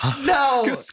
no